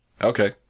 Okay